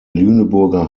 lüneburger